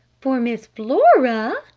for miss flora?